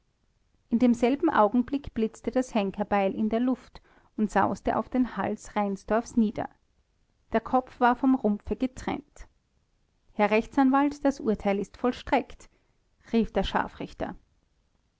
in demselben augenblick blitzte das henkerbeil in der luft und sauste auf den hals reinsdorfs nieder der kopf war vom rumpfe getrennt herr reichsanwalt das urteil ist vollstreckt rief der scharfrichter